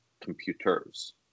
computers